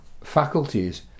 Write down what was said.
faculties